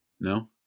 no